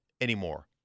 anymore